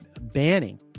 banning